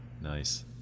Nice